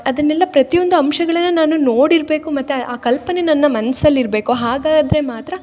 ಅದನ್ನೆಲ್ಲ ಪ್ರತಿಯೊಂದು ಅಂಶಗಳನ್ನು ನಾನು ನೋಡಿರಬೇಕು ಮತ್ತು ಆ ಕಲ್ಪನೆ ನನ್ನ ಮನ್ಸಲ್ಲಿ ಇರಬೇಕು ಹಾಗಾದರೆ ಮಾತ್ರ